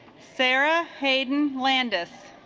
sarah hayden's landis